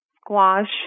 squash